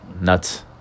nuts